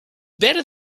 better